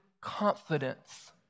confidence